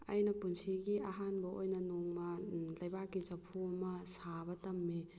ꯑꯩꯅ ꯄꯨꯟꯁꯤꯒꯤ ꯑꯍꯥꯟꯕ ꯑꯣꯏꯅ ꯅꯣꯡꯃ ꯂꯩꯕꯥꯛꯀꯤ ꯆꯐꯨ ꯑꯃ ꯁꯥꯕ ꯇꯝꯃꯦ